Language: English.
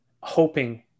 hoping